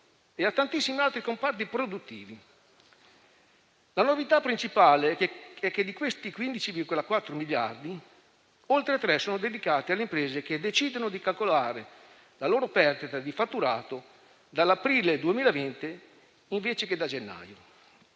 e a tantissimi altri comparti produttivi. La novità principale è che, di questi 15,4 miliardi, oltre 3 sono dedicati alle imprese che decidono di calcolare la loro perdita di fatturato dall'aprile 2020 invece che da gennaio.